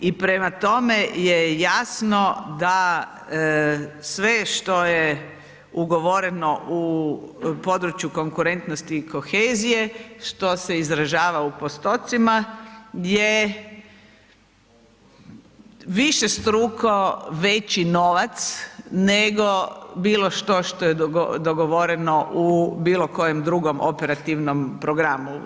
I prema tome je jasno da sve što je ugovoreno u području konkurentnosti i kohezije što se izražava u postocima je višestruko veći novac nego bilo što što je dogovoreno u bilo kojem drugom operativnom programu.